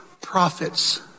prophets